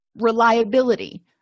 Reliability